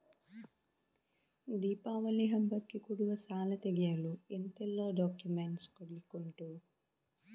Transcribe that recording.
ದೀಪಾವಳಿ ಹಬ್ಬಕ್ಕೆ ಕೊಡುವ ಸಾಲ ತೆಗೆಯಲು ಎಂತೆಲ್ಲಾ ಡಾಕ್ಯುಮೆಂಟ್ಸ್ ಕೊಡ್ಲಿಕುಂಟು?